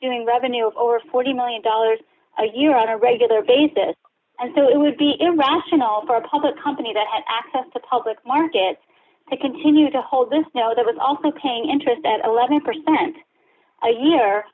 doing revenue of over forty million dollars a year on a regular basis and so it would be irrational for a public company that had access to public markets to continue to hold this you know there was only paying interest at eleven percent a year